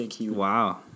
Wow